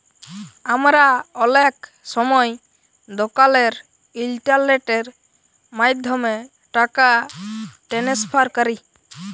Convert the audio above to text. আমরা অলেক সময় দকালের ইলটারলেটের মাধ্যমে টাকা টেনেসফার ক্যরি